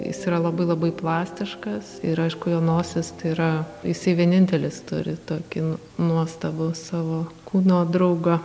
jis yra labai labai plastiškas ir aišku jo nosis tai yra jisai vienintelis turi tokį nuostabų savo kūno draugą